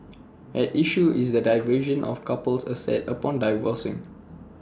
at issue is the division of couple's assets upon divorcing